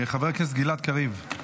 חבר הכנסת גלעד קריב.